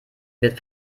wird